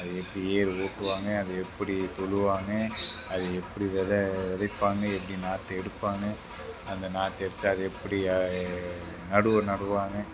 அது எப்படி ஏர் ஓட்டுவாங்க அது எப்படி உழுவாங்க அது எப்படி விதை விதைப்பாங்க எப்படி நாற்று எடுப்பாங்க அந்த நாற்று எடுத்து அது எப்படி நடவு நடுவாங்க